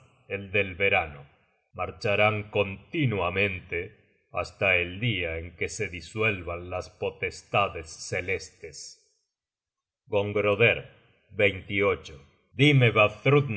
el del verano marcharán continuamente hasta el dia en que se disuelvan las potestades celestes gongroder dime